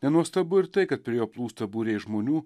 nenuostabu ir tai kad prie jo plūsta būriai žmonių